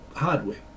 hardware